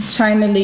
China